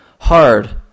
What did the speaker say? Hard